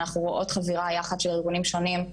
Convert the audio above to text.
אנחנו רואות חבירה יחד של ארגונים שונים,